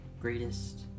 greatest